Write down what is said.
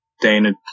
Dana